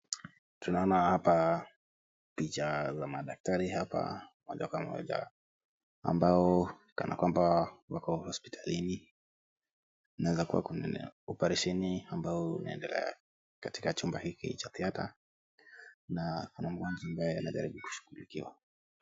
Tunaona hapa picha za madaktari hapa moja kwa moja ambao kana kwamba wako hospitalini na kuna oparesheni ambayo unaendelea katika chumba hiki cha theatre na kuna mgonjwa ambaye anajaribu kushughulikiwa.